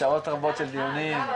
שעות רבות של דיונים,